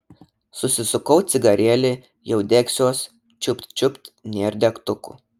susisukau cigarėlį jau degsiuos čiupt čiupt nėr degtukų